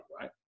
right